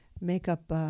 makeup